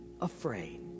afraid